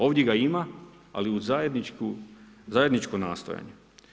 Ovdje ga ima, ali uz zajedničko nastojanje.